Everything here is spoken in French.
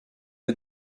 une